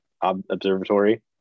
observatory